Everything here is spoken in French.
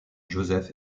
joseph